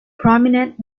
prominent